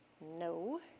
no